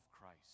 Christ